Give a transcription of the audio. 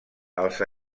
els